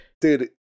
Dude